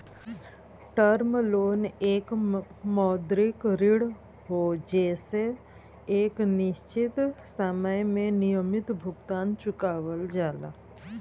term loan एक मौद्रिक ऋण हौ जेसे एक निश्चित समय में नियमित भुगतान चुकावल जाला